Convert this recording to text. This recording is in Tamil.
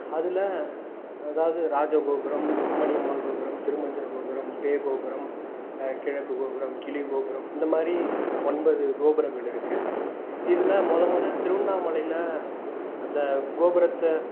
அதில் அதாவது ராஜகோபுரம் அம்மணியம்மாள் கோபுரம் திருமஞ்சன கோபுரம் பே கோபுரம் கிழக்கு கோபுரம் கிளி கோபுரம் இந்த மாதிரி ஒன்பது கோபுரங்கள் இருக்குது இதில் முத முத திருவண்ணாமலையில் அந்த கோபுரத்தை